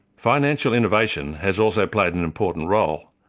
financial innovation has also played an important role.